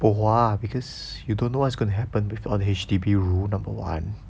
bo hua because you don't know what's gonna happen with all the H_D_B rule number one